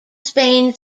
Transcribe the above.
spain